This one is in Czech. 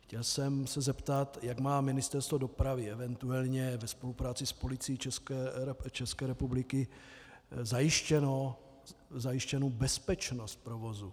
Chtěl jsem se zeptat, jak má Ministerstvo dopravy eventuálně ve spolupráci s Policií České republiky zajištěnu bezpečnost provozu.